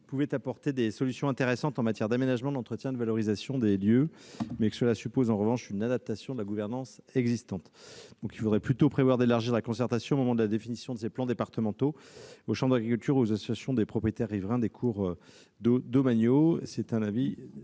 peut apporter des solutions intéressantes en matière d'aménagement, d'entretien et de valorisation des lieux, mais que cela suppose en revanche une adaptation de la gouvernance existante. Il faudrait donc plutôt prévoir d'élargir la concertation au moment de la définition de ces plans départementaux aux chambres d'agriculture et aux associations des propriétaires riverains des cours d'eau domaniaux.